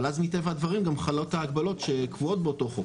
אבל אז מטבע הדברים גם חלות ההגבלות שקבועות באותו חוק.